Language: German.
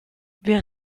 wir